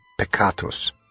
peccatus